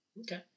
Okay